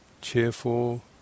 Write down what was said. cheerful